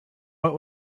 went